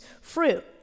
fruit